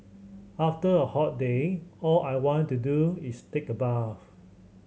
after a hot day all I want to do is take a bath